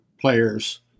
players